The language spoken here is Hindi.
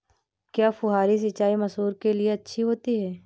क्या फुहारी सिंचाई मसूर के लिए अच्छी होती है?